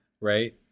Right